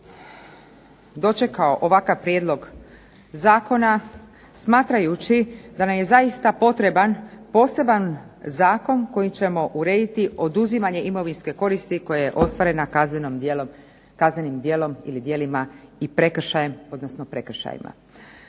dočekao ovakav prijedlog zakona smatrajući da nam je zaista potreban poseban zakon kojim ćemo urediti oduzimanje imovinske koristi koja je ostvarena kaznenim djelom ili djelima i prekršajem